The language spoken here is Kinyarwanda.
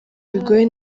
bigoye